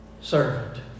servant